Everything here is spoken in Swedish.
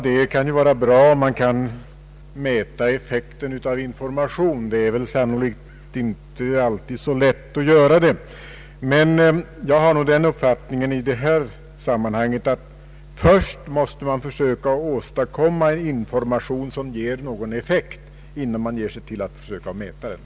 — Det kan vara bra att mäta effekten av information, men det är sannolikt inte alltid så lätt att göra det. Jag har den uppfattningen att man måste försöka åstadkomma information som ger någon effekt, innan man försöker mäta denna.